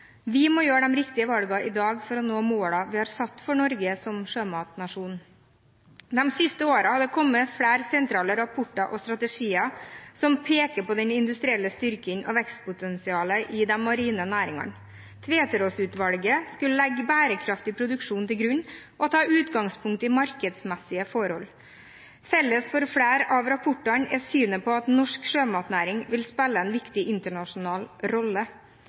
Vi må gjøre de riktige valgene i dag for å nå målene vi har satt for Norge som sjømatnasjon. De siste årene har det kommet flere sentrale rapporter og strategier som peker på den industrielle styrking av vekstpotensialet i de marine næringene. Tveterås-utvalget skulle legge bærekraftig produksjon til grunn og ta utgangspunktet i markedsmessige forhold. Felles for flere av rapportene er synet på at norsk sjømatnæring vil spille en viktig internasjonal rolle.